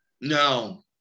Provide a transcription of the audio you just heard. No